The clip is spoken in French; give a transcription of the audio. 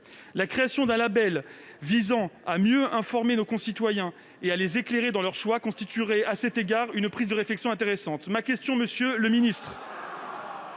La création d'un label visant à mieux informer nos concitoyens et à les éclairer dans leurs choix constituerait à cet égard une piste de réflexion intéressante. Ma question est donc la suivante,